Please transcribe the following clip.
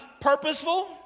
purposeful